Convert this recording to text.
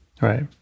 right